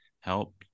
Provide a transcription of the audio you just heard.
help